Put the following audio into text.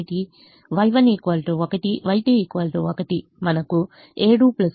Y1 1 Y2 1 మనకు 7 11 18 ఇస్తుంది